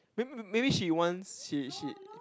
maybe maybe she wants she she